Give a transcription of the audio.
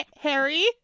Harry